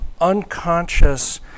unconscious